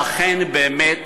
ואכן באמת,